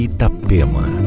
Itapema